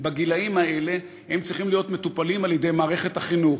בגילים האלה צריכים להיות מטופלים על-ידי מערכת החינוך.